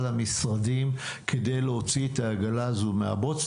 המשרדים כדי להוציא את העגלה הזו מהבוץ,